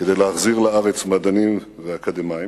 כדי להחזיר מדענים ואקדמאים.